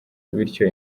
bityo